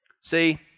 See